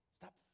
Stop